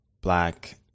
black